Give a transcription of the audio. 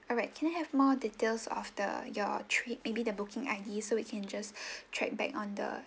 alright can I have more details of the your trip maybe the booking I_D so we can just track back on the